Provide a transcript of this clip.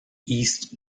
east